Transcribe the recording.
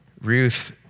Ruth